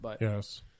Yes